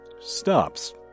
stops